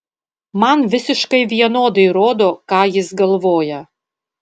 man visiškai vienodai rodo ką jis galvoja